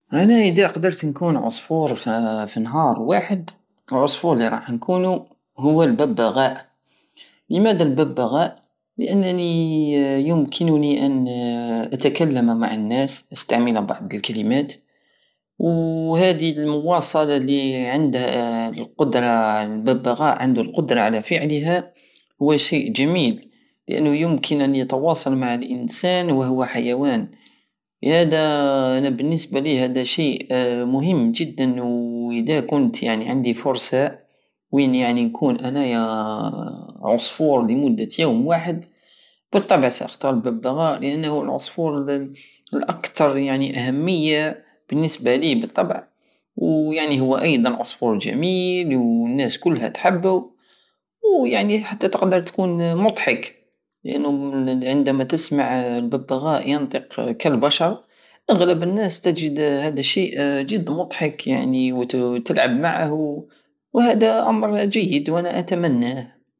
انا ادا قدرت نكون عصفور فنهار واحد العصفور الي راح نكونو هو الببغاء لمادا الببغاء لانني يمكنني ان اتكلم مع الناس استعملة واحد الكلمات وهدي المواصلة الي عند- القدرة- الببغاء عندو القدرة على فعلها هو شيء جميل لانو يمكن ان يتواصل مع الانسان وهو حيوان لهدا انا بانسبة لية هدا شيء مهم جدا وادا كنت يعني عندي فرصة وين يعني نكون انايا عصفور لمدة يوم واحد بالطبع ساختار ببغاء لانه عصفور الاكتر يعني اهمية بالنسبة لي بالطبع وهو ايضا عصفور جميل والناس كلها تحبو ويعني حتى تقدر تكون مضحك لانو عندما تسمع الببغاء ينطق كالبشر اغلب الناس تجد هدى الشيء جد مضحك ويعني تلعب معه وهدا امر جيد وانا اتمناه